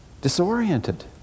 disoriented